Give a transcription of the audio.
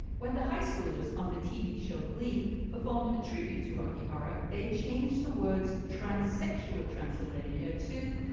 when the high schoolers on the tv show glee performed a tribute to rocky horror they changed the words trans sexual transylvania to